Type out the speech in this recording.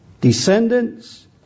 descendants